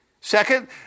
Second